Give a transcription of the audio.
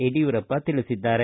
ಯಡಿಯೂರಪ್ಪ ತಿಳಿಸಿದ್ದಾರೆ